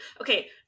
Okay